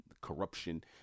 corruption